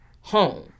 home